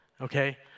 okay